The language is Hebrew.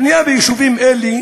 הבנייה ביישובים אלה